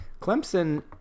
Clemson